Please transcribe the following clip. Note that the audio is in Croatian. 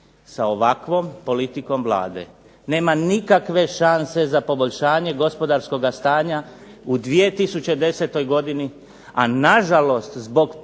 sa ovakvom politikom Vlade nema nikakve šanse za poboljšanje gospodarskoga stanja u 2010. godini, a nažalost zbog